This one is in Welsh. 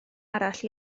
arall